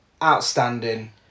Outstanding